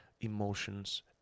emotions